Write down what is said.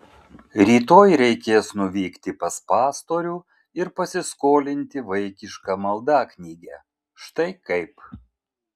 rytoj reikės nuvykti pas pastorių ir pasiskolinti vaikišką maldaknygę štai kaip